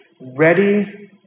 ready